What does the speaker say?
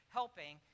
helping